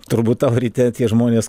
turbūt tau ryte tie žmonės